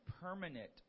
permanent